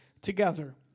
together